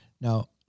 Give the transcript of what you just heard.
Now